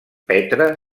petra